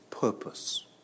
purpose